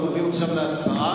אנחנו עוברים עכשיו להצבעה.